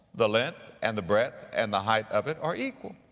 the length and the breadth and the height of it are equal.